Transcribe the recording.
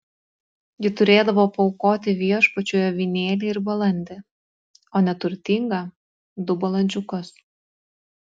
ji turėdavo paaukoti viešpačiui avinėlį ir balandį o neturtinga du balandžiukus